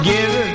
Give